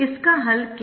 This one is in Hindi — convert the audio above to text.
इसका हल क्या है